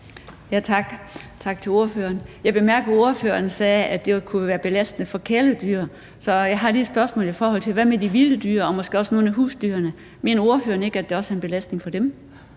tak til ordføreren. Jeg bemærkede, at ordføreren sagde, at det jo kunne være belastende for kæledyr. Så jeg har lige et spørgsmål i forhold til det: Hvad med de vilde dyr og måske også nogle af husdyrene? Mener ordføreren ikke, at det også er en belastning for dem?